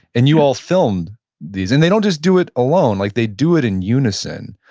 and you all filmed these. and they don't just do it alone, like they do it in unison,